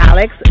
Alex